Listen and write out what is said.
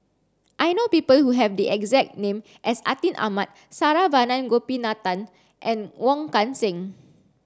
I know people who have the exact name as Atin Amat Saravanan Gopinathan and Wong Kan Seng